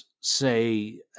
say